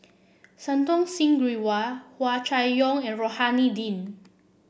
Santokh Singh Grewal Hua Chai Yong and Rohani Din